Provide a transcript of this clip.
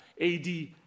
AD